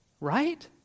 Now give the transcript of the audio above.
right